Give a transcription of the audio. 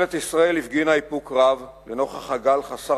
ממשלת ישראל הפגינה איפוק רב לנוכח הגל חסר